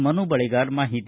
ಮನು ಬಳಿಗಾರ ಮಾಹಿತಿ